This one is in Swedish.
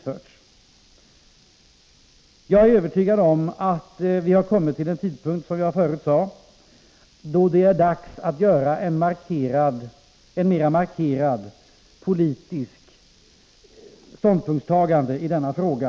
Jag är, som jag förut sade, övertygad om att vi har kommit till en tidpunkt då det är dags att göra ett mer markerat politiskt ståndpunktstagande i denna fråga.